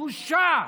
בושה.